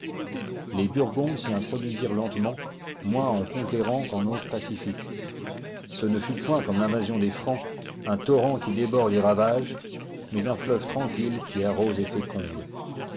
les burgondes s'y introduisirent lentement moins en conquérants qu'en hôtes pacifiques ce ne fut point comme l'invasion des francs un torrent qui déborde et ravage mais un fleuve tranquille qui arrose et féconde